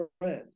friend